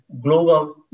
global